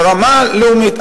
ברמה לאומית.